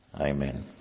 Amen